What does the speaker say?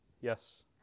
Yes